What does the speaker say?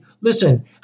Listen